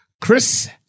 Chris